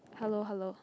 hello hello